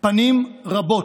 פנים רבות,